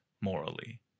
morally